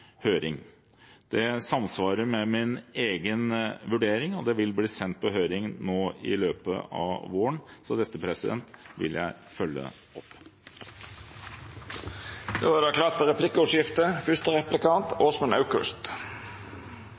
høring. Det samsvarer med min egen vurdering, og forslagene vil bli sendt på høring i løpet av våren. Så dette vil jeg følge opp. Det